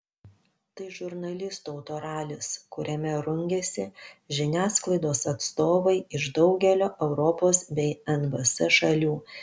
tai žurnalistų autoralis kuriame rungiasi žiniasklaidos atstovai iš daugelio europos bei nvs šalių